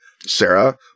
Sarah